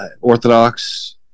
Orthodox